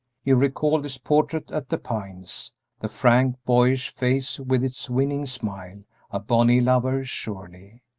he recalled his portrait at the pines the frank, boyish face with its winning smile a bonnie lover surely!